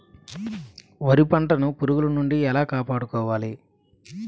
వరి పంటను పురుగుల నుండి ఎలా కాపాడుకోవాలి?